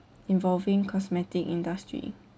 involving cosmetic industry